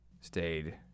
stayed